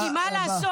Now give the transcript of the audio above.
-- כי מה לעשות,